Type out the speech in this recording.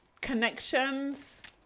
connections